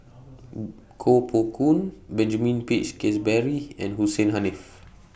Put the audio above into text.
Koh Poh Koon Benjamin Peach Keasberry and Hussein Haniff